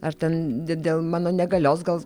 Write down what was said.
ar ten d dėl mano negalios gal